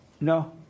No